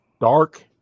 dark